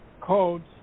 codes